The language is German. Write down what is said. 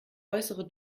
äußere